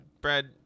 Brad